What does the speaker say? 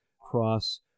cross